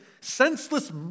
senseless